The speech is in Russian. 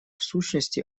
сущности